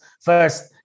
first